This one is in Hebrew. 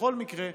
בכל מקרה,